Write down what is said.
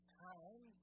time